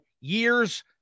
years